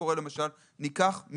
ניקח למשל מסעדה.